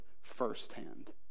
firsthand